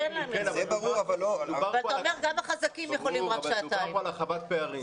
מדובר כאן על הרחבת פערים.